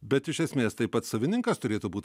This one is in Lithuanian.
bet iš esmės tai pats savininkas turėtų būt